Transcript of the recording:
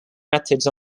methods